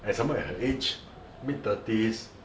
and some more at her age mid-thirties